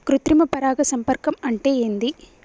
కృత్రిమ పరాగ సంపర్కం అంటే ఏంది?